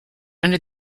under